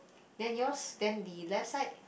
then yours then the left side